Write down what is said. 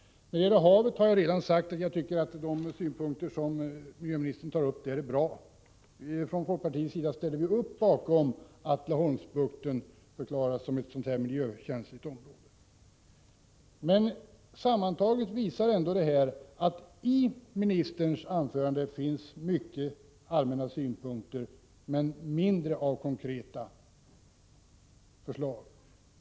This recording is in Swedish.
När det gäller havet har jag redan sagt att jag tycker att de synpunkter miljöministern tar upp är bra. Från folkpartiets sida ställer vi upp bakom att Laholmsbukten förklaras som ett miljökänsligt område. Sammantaget är det ändå så att i ministerns anförande finns många allmänna synpunkter, men mindre av konkreta förslag.